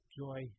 joy